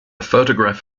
photograph